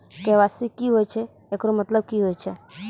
KYC की होय छै, एकरो मतलब की होय छै?